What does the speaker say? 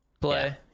play